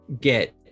get